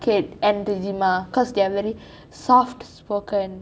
kate and dijima cause they are very soft spoken